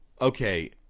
Okay